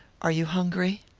are you hungry?